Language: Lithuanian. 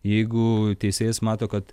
jeigu teisėjas mato kad